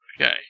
Okay